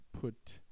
put